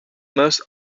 most